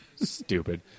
Stupid